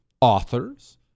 authors